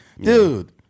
dude